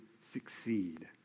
succeed